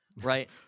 right